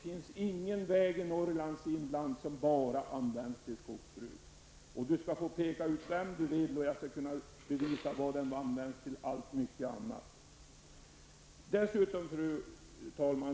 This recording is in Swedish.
finns någon väg i Norrlands inland som bara används för skogsbruk. Lennart Brunander kan peka ut vilken väg han vill, och jag kan ändå bevisa att vägen används till allt möjligt annat. Fru talman!